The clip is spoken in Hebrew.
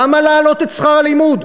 למה להעלות את שכר הלימוד?